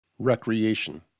Recreation